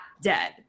Dead